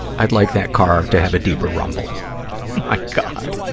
i'd like that car to have a deeper rumble. oh, my god.